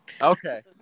okay